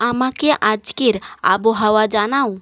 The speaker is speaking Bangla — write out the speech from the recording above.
আমাকে আজকের আবহাওয়া জানাও